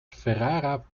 ferrara